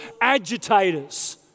agitators